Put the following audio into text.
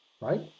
right